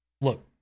look